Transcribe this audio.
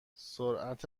سرعت